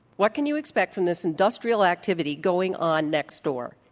what can you expect from this industrial activity going on next door?